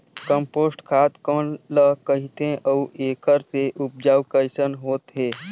Compost खाद कौन ल कहिथे अउ एखर से उपजाऊ कैसन होत हे?